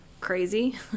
crazy